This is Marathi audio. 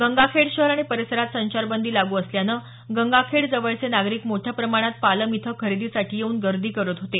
गंगाखेड शहर आणि परिसरात संचारबंदी लागू असल्यानं गंगाखेड जवळचे नागरिक मोठ्या प्रमाणात पालम इथं खरेदीसाठी येऊन गर्दी करत होते